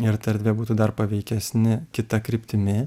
ir ta erdvė būtų dar paveikesnė kita kryptimi